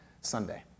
Sunday